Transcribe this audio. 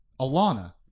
Alana